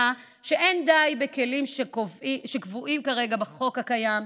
שלא די בכלים שקבועים כרגע בחוק הקיים,